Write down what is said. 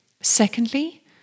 Secondly